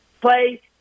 play